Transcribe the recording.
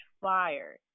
fire